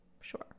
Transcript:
Sure